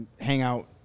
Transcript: hangout